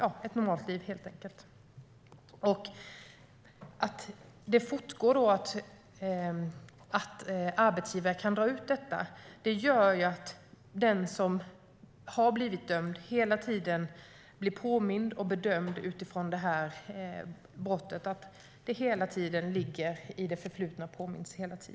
Arbetsgivare fortsätter att begära utdrag ur register. Det gör att den som blivit dömd hela tiden blir påmind om och bedömd utifrån brottet. Det blir hela tiden en påminnelse om det förflutna.